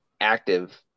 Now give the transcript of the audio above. active